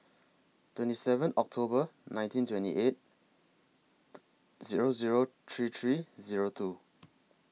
twenty seven October one thousand nine hundred and twenty eight Zero Zero three three Zero two